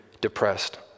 depressed